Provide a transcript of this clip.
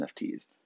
NFTs